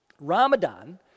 Ramadan